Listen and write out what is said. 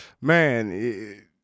Man